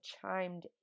chimed